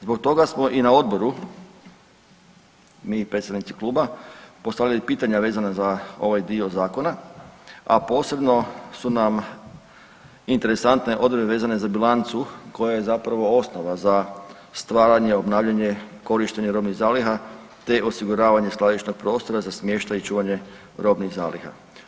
Zbog toga smo i na odboru, mi i predsjednici kluba postavili pitanja vezana za ovaj dio zakona, a posebno su nam interesantne odredbe vezane za bilancu koja je zapravo ostala za stvaranje, obnavljanje, korištenje robnih zaliha te osiguravanje skladišnog prostora za smještaj i čuvanje robnih zaliha.